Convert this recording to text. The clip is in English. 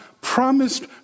promised